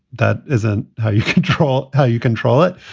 that isn't how you control how you control it.